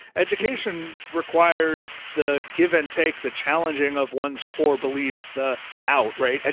education requires the give and take, the challenging of one's core beliefs. the doubt, right. ah